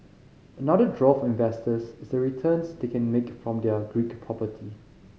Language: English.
another draw for investors is the returns they can make from their Greek property